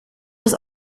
das